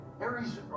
Aries